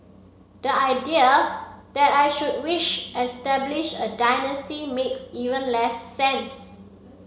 the idea that I should wish establish a dynasty makes even less sense